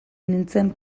nintzen